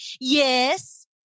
Yes